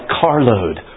carload